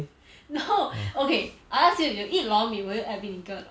no okay I ask you if you eat lor mee will you add vinegar or not